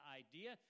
idea